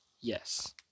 Yes